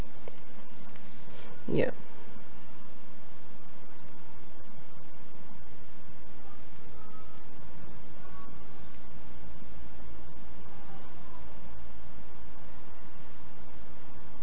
yup